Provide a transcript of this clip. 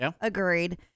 Agreed